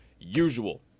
usual